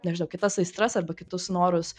nežinau kitas aistras arba kitus norus